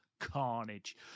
carnage